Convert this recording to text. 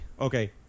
okay